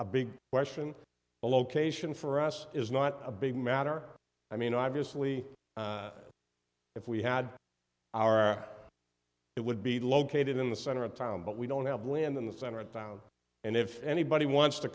a big question the location for us is not a big matter i mean obviously if we had our it would be located in the center of town but we don't have land in the center of town and if anybody wants to